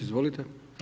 Izvolite.